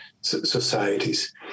societies